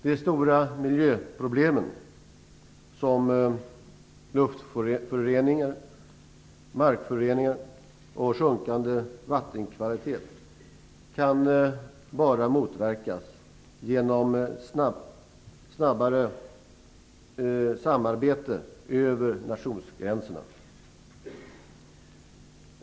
De stora miljöproblemen som luftföroreningar, markföroreningar och sjunkande vattenkvalitet kan bara motverkas genom snabbare samarbete över nationsgränserna.